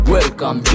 Welcome